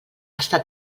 està